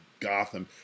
Gotham